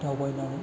दावबायनानै